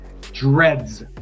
dreads